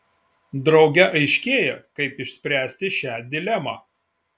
drauge aiškėja kaip išspręsti šią dilemą